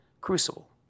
crucible